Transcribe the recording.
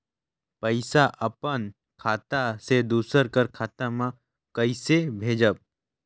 पइसा अपन खाता से दूसर कर खाता म कइसे भेजब?